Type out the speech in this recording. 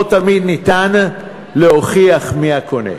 לא תמיד אפשר להוכיח מי הקונה.